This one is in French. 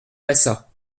rsa